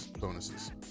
bonuses